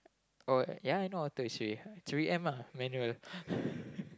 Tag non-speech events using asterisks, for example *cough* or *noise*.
oh ya I know auto three-M ah manual *laughs*